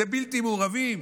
זה בלתי מעורבים?